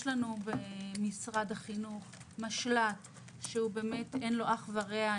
יש לנו במשרד החינוך משל"ט שאין לו אח ורע,